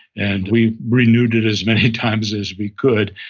and we renewed it as many times as we could,